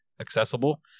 accessible